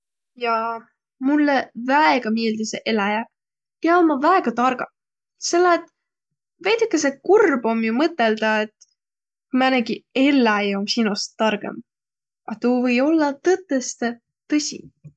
Jaa, mullõ väega miildüseq eläjäq, kiä ommaq väega targaq. Selle et veidükese kurb om jo mõtõldaq, et määnegi elläi om sinost targõmb. A tuu või ollaq tõtõstõ tõsi.